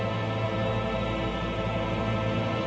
or